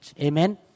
Amen